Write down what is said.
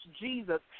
Jesus